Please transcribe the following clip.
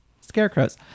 scarecrows